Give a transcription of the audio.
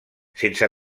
sense